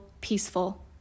peaceful